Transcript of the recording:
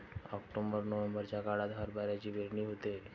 October नोव्हेंबरच्या काळात हरभऱ्याची पेरणी होते